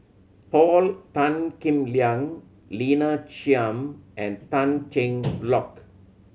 Paul Tan Kim Liang Lina Chiam and Tan Cheng Lock